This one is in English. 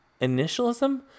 initialism